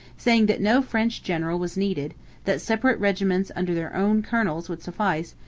saying that no french general was needed, that separate regiments under their own colonels would suffice,